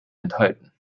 enthalten